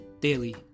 Daily